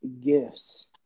gifts